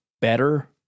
better